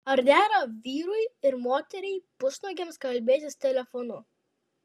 ar dera vyrui ir moteriai pusnuogiams kalbėtis telefonu